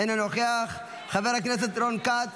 אינו נוכח, חבר הכנסת רון כץ,